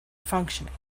functioning